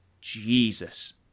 Jesus